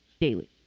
daily